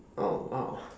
oh oh